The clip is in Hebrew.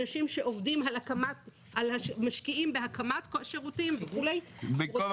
אנשים שמשקיעים בהקמת שירותים וכולי לא יוכלו לקבל רישיון.